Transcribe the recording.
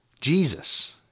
Jesus